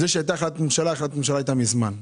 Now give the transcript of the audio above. החלטת הממשלה הייתה מזמן,